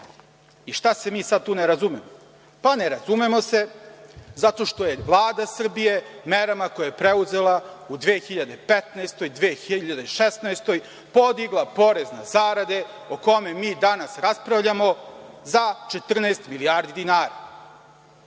Šta se mi sada tu ne razumemo? Ne razumemo se zato što je Vlada Srbije merama koje je preuzela u 2015, 2016. godini podigla porez na zarade o kome mi danas raspravljamo za 14 milijardi dinara,